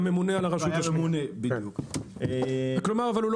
והיה גם הממונה על הרשות השנייה.